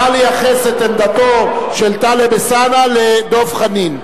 נא לייחס את עמדתו של טלב אלסאנע לדב חנין,